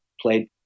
played